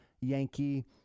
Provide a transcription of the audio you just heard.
Yankee